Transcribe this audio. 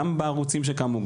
גם בערוצים שקמו,